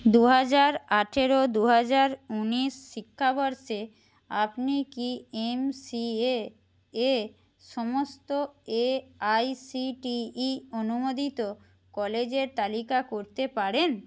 দুহাজার আঠেরো দুহাজার উনিশ শিক্ষাবর্ষে আপনি কি এমসিএয়ে সমস্ত A I C T E অনুমোদিত কলেজের তালিকা করতে পারেন